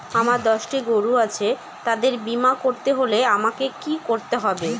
আমার দশটি গরু আছে তাদের বীমা করতে হলে আমাকে কি করতে হবে?